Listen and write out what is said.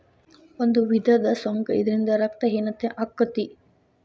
ಒಂದು ವಿಧದ ಸೊಂಕ ಇದರಿಂದ ರಕ್ತ ಹೇನತೆ ಅಕ್ಕತಿ